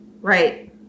Right